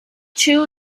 two